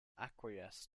acquiesce